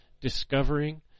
discovering